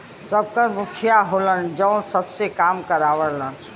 सबकर मुखिया होलन जौन सबसे काम करावलन